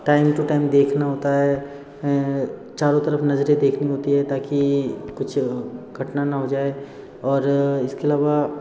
time to time देखना होता है चारों तरफ़ नज़रें देखनी होती है ताकि कुछ घटना ना हो जाए और इसके अलावा